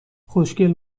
خوشگل